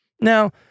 Now